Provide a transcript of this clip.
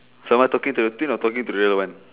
someone talking to the twin or talking to the real one